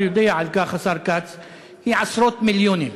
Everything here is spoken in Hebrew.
והשר כץ יודע על כך, היא עשרות מיליונים.